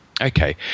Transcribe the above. Okay